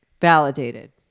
Validated